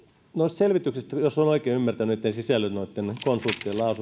selvityksistä jos olen oikein ymmärtänyt niitten sisällön noitten konsulttien lausunnot niin